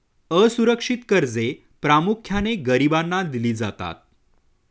असुरक्षित कर्जे प्रामुख्याने गरिबांना दिली जातात